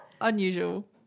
unusual